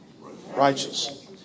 Righteous